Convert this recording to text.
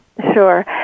Sure